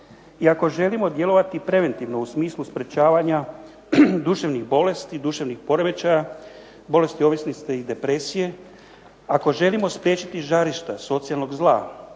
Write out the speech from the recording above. i ako želimo djelovati preventivno u smislu sprečavanja duševnih bolesti, duševnih poremećaja, bolesti ovisnosti i depresije, ako želimo spriječiti žarišta socijalnog zla,